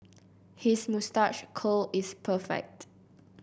his moustache curl is perfect